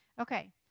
Okay